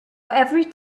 every